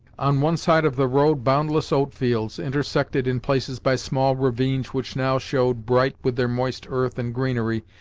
on one side of the road boundless oatfields, intersected in places by small ravines which now showed bright with their moist earth and greenery,